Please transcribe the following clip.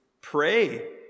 pray